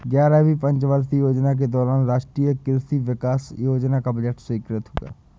ग्यारहवीं पंचवर्षीय योजना के दौरान राष्ट्रीय कृषि विकास योजना का बजट स्वीकृत हुआ